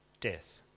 death